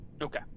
Okay